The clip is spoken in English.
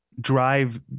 drive